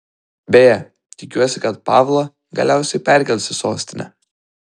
beje tikiuosi kad pavlą galiausiai perkels į sostinę